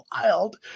wild